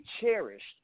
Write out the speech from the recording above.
cherished